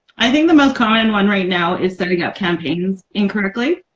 i think the most common one right now is setting up campaigns incorrectly